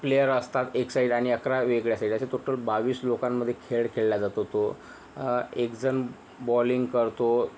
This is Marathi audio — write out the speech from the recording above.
प्लेयर असतात एक साईड आणि अकरा वेगळ्या साईड अशा टोटल बावीस लोकांमध्ये खेळ खेळल्या जातो तो एक जण बॉलिंग करतो